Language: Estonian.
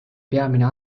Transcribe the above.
peamine